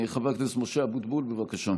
חבר הכנסת משה אבוטבול, בבקשה.